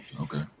Okay